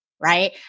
Right